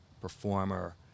performer